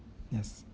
yes